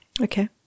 Okay